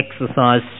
exercise